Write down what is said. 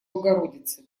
богородицы